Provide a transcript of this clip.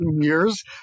years